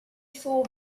saw